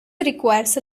requires